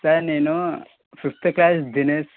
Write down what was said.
sir నేను fifth class Dinesh